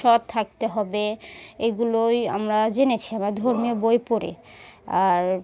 সৎ থাকতে হবে এগুলোই আমরা জেনেছি আমার ধর্মীয় বই পড়ে আর